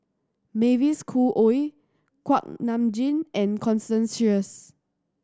Mavis Khoo Oei Kuak Nam Jin and Constance Sheares